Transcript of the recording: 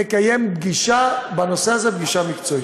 נקיים פגישה בנושא הזה, פגישה מקצועית.